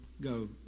go